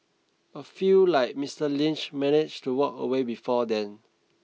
a few like Mister Lynch manage to walk away before then